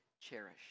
cherish